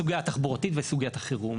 סוגיה תחבורתית וסוגיית החירום.